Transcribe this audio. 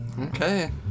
Okay